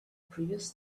previous